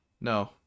No